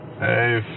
Hey